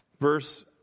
Verse